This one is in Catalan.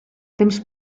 temps